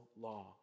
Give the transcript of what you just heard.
law